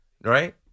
Right